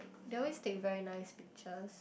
they always take very nice pictures